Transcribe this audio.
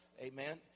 Amen